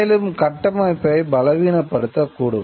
மேலும் கட்டமைப்பை பலவீனப்படுத்தக் கூடும்